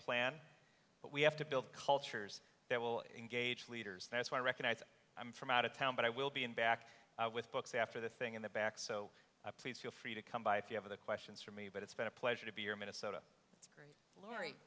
plan but we have to build cultures that will engage leaders that's why i recognize i'm from out of town but i will be in back with books after the thing in the back so please feel free to come by if you have other questions for me but it's been a pleasure to be here minnesota